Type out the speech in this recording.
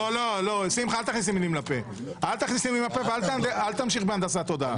אל תכניס לי מילים לפה ואל תמשיך בהנדסת תודעה.